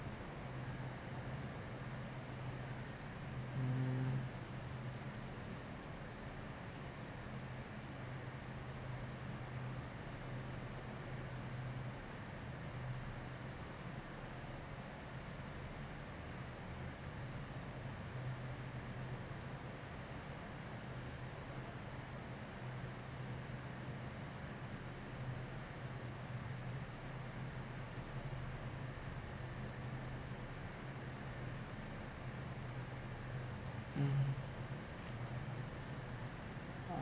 mm mm oh